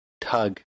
Tug